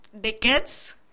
decades